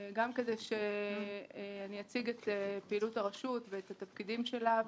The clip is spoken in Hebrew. גם כדי שאני אציג את פעילות הרשות ואת התפקידים שלה,